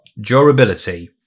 Durability